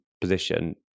position